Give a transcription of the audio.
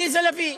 עליזה לביא,